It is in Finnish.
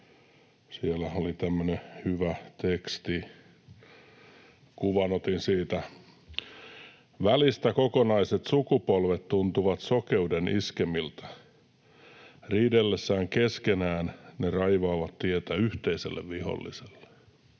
siellä oli tämmöinen hyvä teksti. Otin siitä kuvan. ”Välistä kokonaiset sukupolvet tuntuvat sokeuden iskemiltä. Riidellessään keskenään ne raivaavat tietä yhteiselle viholliselle.”